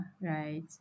right